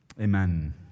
Amen